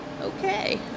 Okay